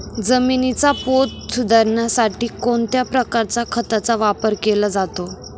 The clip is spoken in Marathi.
जमिनीचा पोत सुधारण्यासाठी कोणत्या प्रकारच्या खताचा वापर केला जातो?